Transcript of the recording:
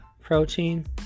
protein